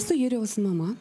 esu jurijaus mama